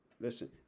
Listen